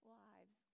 lives